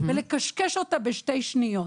ולקשקש אותה בשתי שניות.